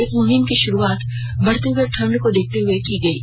इस मुहिम की शुरुआत बढ़ते हुए ठंड को देखते हुए की गई है